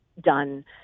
done